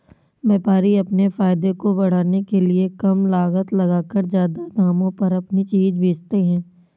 व्यापारी अपने फायदे को बढ़ाने के लिए कम लागत लगाकर ज्यादा दामों पर अपनी चीजें बेचते है